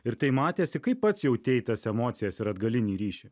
ir tai matėsi kaip pats jautei tas emocijas ir atgalinį ryšį